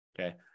Okay